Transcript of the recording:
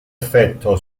effetto